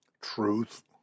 truth